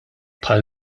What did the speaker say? bħal